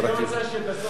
את לא רוצה שבסוף יהיה לך,